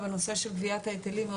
הליכי השומה בנושא של גביית ההיטלים לא